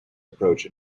approach